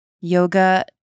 yoga